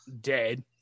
dead